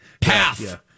Path